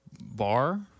bar